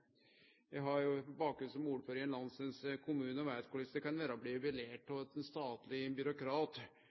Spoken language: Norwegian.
Eg har bakgrunn som ordførar i ein landsens kommune og veit korleis det kan vere å bli lært opp av ein statleg byråkrat